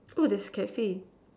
oh there's cafe